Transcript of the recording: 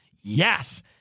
Yes